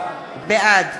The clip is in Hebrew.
בעד